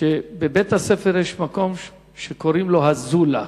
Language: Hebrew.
בבית-הספר יש מקום שקוראים לו ה"זולה",